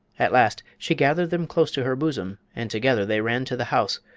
at last she gathered them close to her bosom and together they ran to the house,